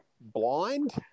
blind